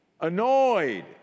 annoyed